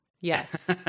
Yes